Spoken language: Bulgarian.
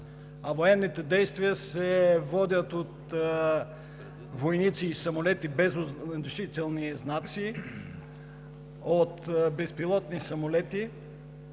а военните действия се водят от войници и самолети без отличителни знаци, от безпилотни самолети,